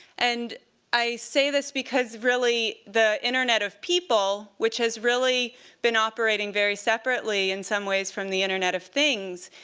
and i say this because, really, the internet of people, which has really been operating very separately in some ways from the internet of things,